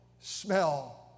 Smell